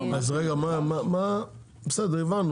בסדר, הבנו.